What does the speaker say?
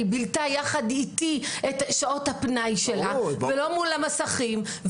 היא בילתה יחד איתי את שעות הפנאי שלה ולא מול המסכים.